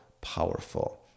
powerful